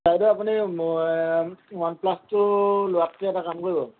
বাইদেউ আপুনি ম ৱান প্লাছটো লোৱাটোটকে এটা কাম কৰিব